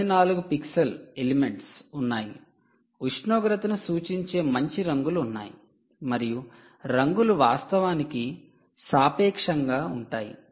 64 pixel elements ఉన్నాయి ఉష్ణోగ్రతను సూచించే మంచి రంగులు ఉన్నాయి మరియు రంగులు వాస్తవానికి సాపేక్షంగా ఉంటాయి